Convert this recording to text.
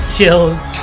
Chills